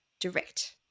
direct